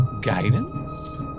Guidance